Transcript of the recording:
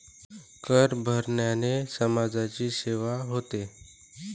कर भरण्याने समाजाची सेवा होते